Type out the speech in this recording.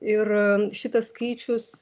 ir šitas skaičius